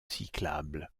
cyclables